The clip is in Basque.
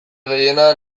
gehiena